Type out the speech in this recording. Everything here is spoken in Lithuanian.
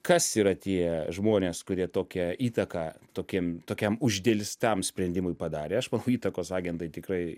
kas yra tie žmonės kurie tokią įtaką tokiem tokiam uždelstam sprendimui padarė aš manau įtakos agentai tikrai